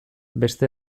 beste